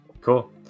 cool